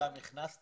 מבקשת